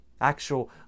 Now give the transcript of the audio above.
Actual